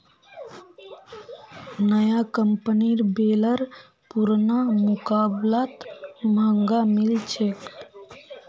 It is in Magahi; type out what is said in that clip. नया कंपनीर बेलर पुरना मुकाबलात महंगा मिल छेक